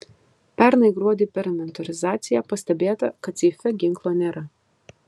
pernai gruodį per inventorizaciją pastebėta kad seife ginklo nėra